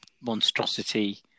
monstrosity